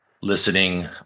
listening